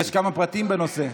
יש כמה פרטים בנושא.